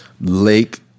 Lake